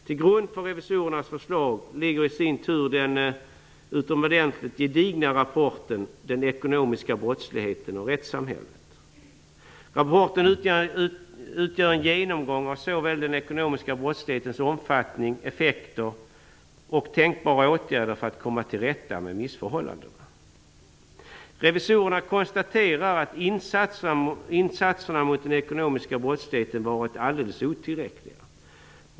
Till grund för revisorernas förslag ligger i sin tur den utomordentligt gedigna rapporten Den ekonomiska brottsligheten och rättssamhället. Rapporten utgör en genomgång av den ekonomiska brottslighetens omfattning, effekter och tänkbara åtgärder för att komma till rätta med missförhållanden. Revisorerna konstaterar att insatserna mot den ekonomiska brottsligheten har varit alldeles otillräckliga.